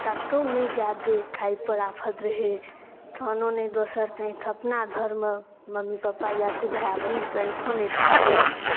ततहु नहि जाय दै थाइ पर आफत रहै थानो नहि दऽ सतै अपना धरमे मम्मी पपा या तऽ भाय बहीनते आँइठो नहि थाए दै